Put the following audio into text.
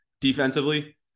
Defensively